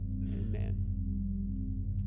Amen